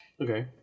Okay